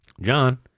John